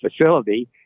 facility